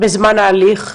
בזמן ההליך?